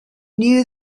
knew